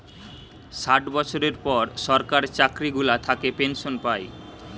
ষাট বছরের পর সরকার চাকরি গুলা থাকে পেনসন পায়